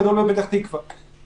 לקבל איזו שהיא יכולת פתיחה לתקופה בלתי